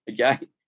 Okay